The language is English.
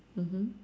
mmhmm